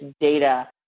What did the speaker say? data